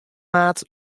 maart